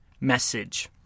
message